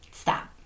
Stop